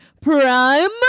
prime